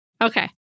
Okay